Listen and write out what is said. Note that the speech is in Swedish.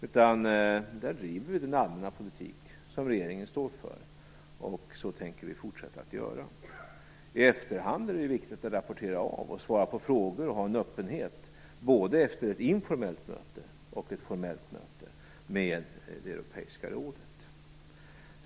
I stället driver vi den allmänna politik som regeringen står för, och så tänker vi fortsätta att göra. I efterhand är det viktigt att rapportera av, svara på frågor och ha en öppenhet, både efter ett informellt möte och efter ett formellt möte med det europeiska rådet.